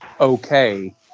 okay